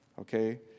okay